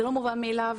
זה לא מובן מאליו,